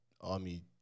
army